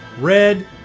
Red